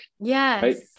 Yes